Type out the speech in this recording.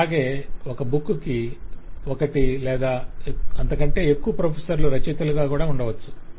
అలాగే ఒక బుక్ కి ఒకటి లేదా అంతకంటే ఎక్కువ ప్రొఫెసర్లు రచయితలుగా ఉండవచ్చు కూడా